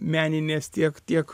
meninės tiek tiek